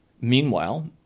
Meanwhile